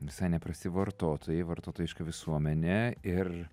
visai neprasti vartotojai vartotojiška visuomenė ir